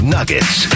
Nuggets